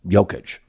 Jokic